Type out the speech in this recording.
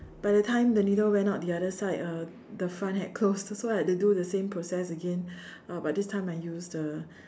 by the time the needle went out the other side uh the front head closed so I had to do the same process again uh but this time I used a